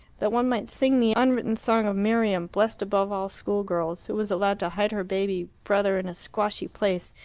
that one might sing the unwritten song of miriam, blessed above all school-girls, who was allowed to hide her baby brother in a squashy place,